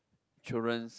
children's